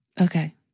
Okay